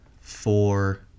four